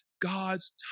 God's